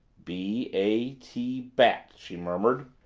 b a t bat! she murmured.